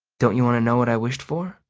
don't you want to know what i wished for?